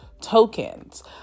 tokens